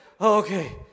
Okay